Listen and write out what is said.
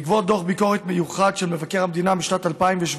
בעקבות דוח ביקורת מיוחד של מבקר המדינה משנת 2017